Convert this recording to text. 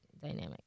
dynamic